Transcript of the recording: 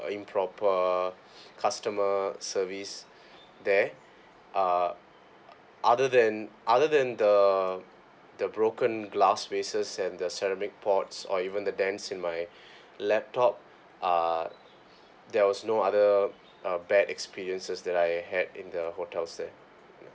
improper customer service there uh other than other than the the broken glass vases and the ceramic pots or even the dents in my laptop uh there was no other uh bad experiences that I had in the hotels there ya